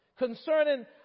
Concerning